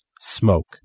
smoke